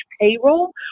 payroll